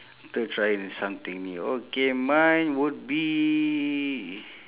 after trying something new okay mine would be